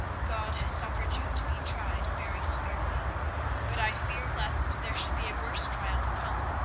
god has suffered you to be tried very severely but i fear lest there should be a worse trial to come,